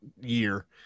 year